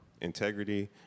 Integrity